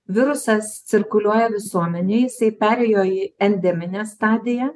virusas cirkuliuoja visuomenėj jisai perėjo į endeminę stadiją